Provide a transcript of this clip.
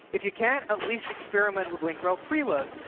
if you can't, at least experiment with link rel preload.